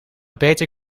beter